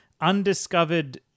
undiscovered